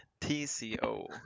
TCO